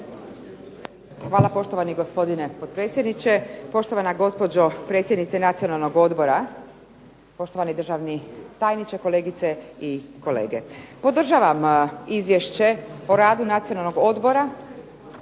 Hvala, poštovani gospodine potpredsjedniče. Poštovana gospođo predsjednice Nacionalnog odbora, poštovani državni tajniče, kolegice i kolege. Podržavam Izvješće o radu Nacionalnog odbora